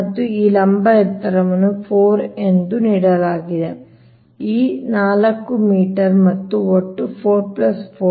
ಮತ್ತು ಈ ಲಂಬ ಎತ್ತರವನ್ನು 4 ಎಂದು ನೀಡಲಾಗಿದೆ ಇದು 4 ಮೀಟರ್ ಮತ್ತು ಒಟ್ಟು 4 4